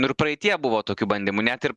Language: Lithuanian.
nu ir praeityje buvo tokių bandymų net ir